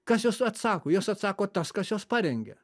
kas juos atsako juos atsako tas kas juos parengia